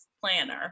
planner